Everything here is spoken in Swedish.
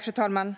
Fru talman!